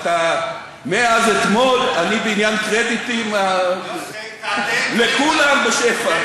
מאז אתמול אני בעניין קרדיטים לכולם בשפע.